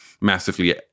massively